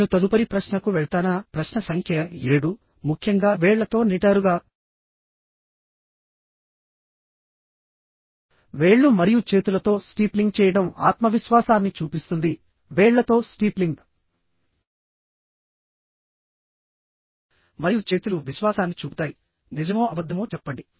నేను తదుపరి ప్రశ్నకు వెళ్తానా ప్రశ్న సంఖ్య ఏడు ముఖ్యంగా వేళ్ళతో నిటారుగావేళ్లు మరియు చేతులతో స్టీప్లింగ్ చేయడం ఆత్మవిశ్వాసాన్ని చూపిస్తుంది వేళ్ళతో స్టీప్లింగ్ మరియు చేతులు విశ్వాసాన్ని చూపుతాయినిజమో అబద్ధమో చెప్పండి